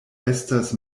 estas